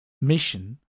mission